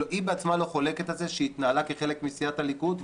היא בעצמה לא חולקת על זה שהיא התנהלה כחלק מסיעת הליכוד,